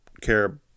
care